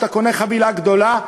כשאתה קונה חבילה גדולה,